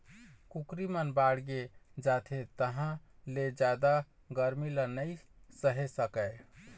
कुकरी मन बाड़गे जाथे तहाँ ले जादा गरमी ल नइ सहे सकय